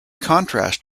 contrast